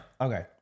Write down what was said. Okay